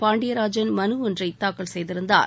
பாண்டியராஜன் மனு ஒன்றை தாக்கல் செய்திருந்தார்